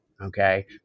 okay